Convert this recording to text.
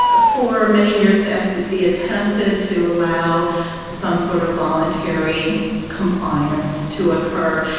ah for many years the fcc attempted to allow some sort of voluntary compliance to occur,